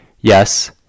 Yes